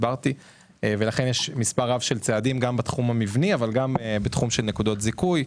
יש מספר רב של צעדים גם בתחום המבני וגם בתחום של נקודות זיכוי,